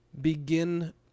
begin